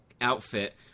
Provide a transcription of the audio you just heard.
outfit